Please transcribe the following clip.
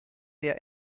der